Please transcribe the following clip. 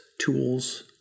tools